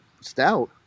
stout